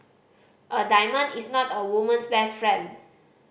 a diamond is not a woman's best friend